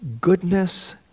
goodness